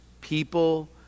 people